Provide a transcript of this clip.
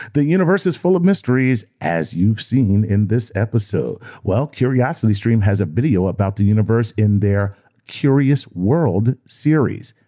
the universe is full of mysteries as you've seen in this episode. well, curiositystream has a video about the universe in their curious word series.